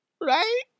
Right